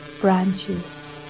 branches